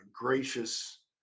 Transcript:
gracious